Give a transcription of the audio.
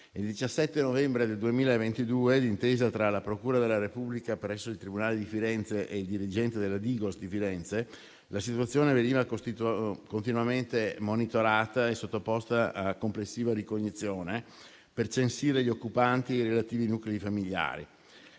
Il 17 novembre del 2022, d'intesa tra la procura della Repubblica presso il tribunale di Firenze e il dirigente della Digos di Firenze, la situazione veniva continuamente monitorata e sottoposta a complessiva ricognizione per censire gli occupanti e i relativi nuclei familiari.